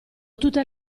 tutte